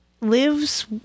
lives